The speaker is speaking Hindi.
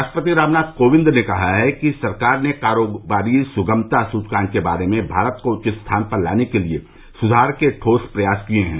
राष्ट्रपति रामनाथ कोविंद ने कहा है कि सरकार ने कारोबारी सुगम्ता सूचकांक के बारे में भारत को उच्च स्थान पर लाने के लिए सुधार के ठोस प्रयास किए है